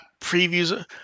previews